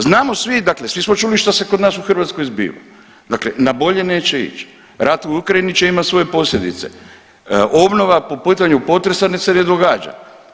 Znamo svi, dakle svi smo čuli što se kod nas u Hrvatskoj zbiva, dakle na bolje neće ići, rat u Ukrajini će imati svoje posljedice, obnova po pitanju potresa se ne događa.